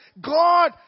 God